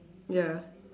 ya